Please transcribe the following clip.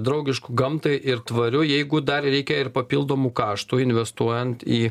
draugišku gamtai ir tvariu jeigu dar reikia ir papildomų kaštų investuojant į